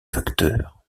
facteurs